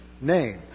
name